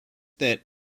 that